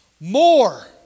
More